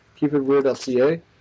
KeepItWeird.ca